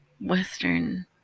Western